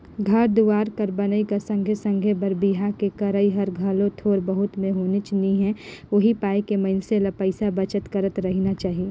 घर दुवार कर बनई कर संघे संघे बर बिहा के करई हर घलो थोर बहुत में होनेच नी हे उहीं पाय के मइनसे ल पइसा बचत करत रहिना चाही